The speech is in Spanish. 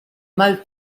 mal